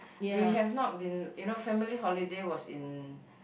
we have not been you know family holiday was in